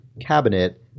cabinet